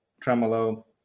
tremolo